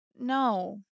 No